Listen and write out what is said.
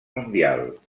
mundial